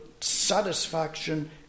satisfaction